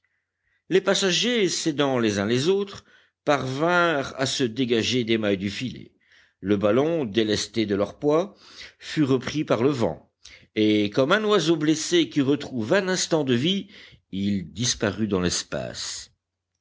les passagers s'aidant les uns les autres parvinrent à se dégager des mailles du filet le ballon délesté de leur poids fut repris par le vent et comme un oiseau blessé qui retrouve un instant de vie il disparut dans l'espace